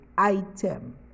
item